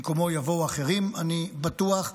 במקומו יבואו אחרים, אני בטוח,